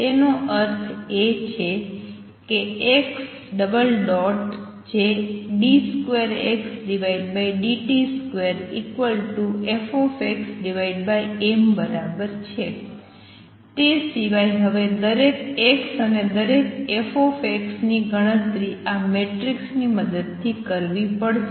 તેનો અર્થ એ કે x જે d2xdt2Fxm બરાબર છે તે સિવાય હવે દરેક x અને દરેક Fx ની ગણતરી આ મેટ્રિક્સ ની મદદથી કરવી પડશે